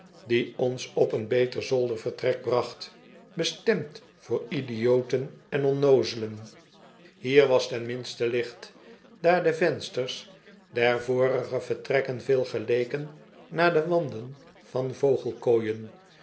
die ons op een beter zoldervertrek bracht bestemd voor idioten en onnoozelen hier was ten minste licht daar de vensters der vorige vertrekken veel geleken naar de wanden van vogelkooien